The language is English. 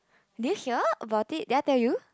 did you hear about it did I tell you